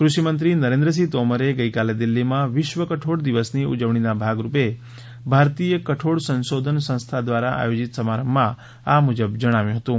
કૃષિ મંત્રી નરેન્દ્રસિંહ તોમરે ગઈકાલે દિલ્હીમાં વિશ્વ કઠોળ દિવસની ઉજવણીના ભાગરૂપે ભારતીય કઠોળ સંશોધન સંસ્થા દ્વારા આયોજીત સમારંભમાં આ મુજબ જણાવ્યું હતું